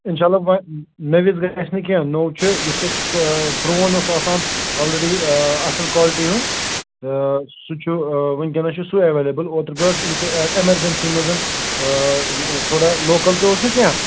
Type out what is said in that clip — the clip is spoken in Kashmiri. اِنشاء اللہ وۅنۍ نٔوِس گَژھِ نہٕ کیٚنٛہہ نوٚو چھُ یُس اَسہِ پرٛون اوس آسان آلریڑی آ اَصٕل کالٹی ہُنٛد تہٕ سُہ چھُ وُنکٮ۪نَس چھُ سُے ایٚویلیبُل اوترٕ گوٚو اَسہِ اَمہِ کہِ ایٚمرجنسی مَنز آ تھوڑا لوکل تہِ اوس نہٕ کیٚنٛہہ